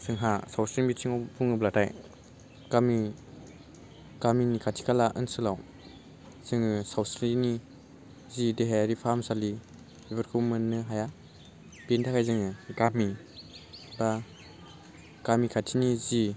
जोंहा सावस्रिनि बिथिङाव बुङोब्लाथाय गामि गामिनि खाथि खाला ओनसोलाव जोङो सावस्रिनि जि देहायारि फाहामसालि बेफोरखौ मोन्नो हाया बेनि थाखाय जोङो गामि बा गामि खाथिनि जि